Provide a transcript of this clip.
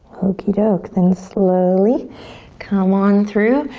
okie doke then slowly come on through.